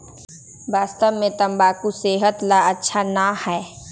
वास्तव में तंबाकू सेहत ला अच्छा ना है